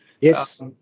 Yes